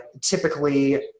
typically